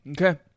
Okay